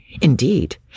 Indeed